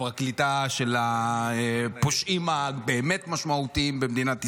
לפרקליטה של הפושעים הבאמת-משמעותיים במדינת ישראל.